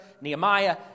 Nehemiah